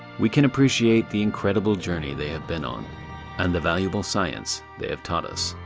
we can appreciate the incredible journey they have been on and the valuable science they have taught us.